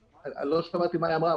לא שמעתי מה היא אמרה,